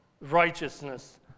righteousness